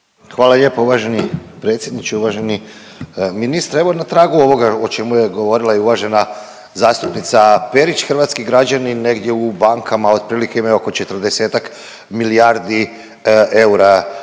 Hvala lijepo uvaženi predsjedniče, uvaženi ministre. Evo na tragu ovoga o čemu je govorila i uvažena zastupnica Perić. Hrvatski građani negdje u bankama otprilike imaju oko 40-ak milijardi eura